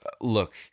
look